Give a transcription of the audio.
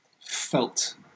felt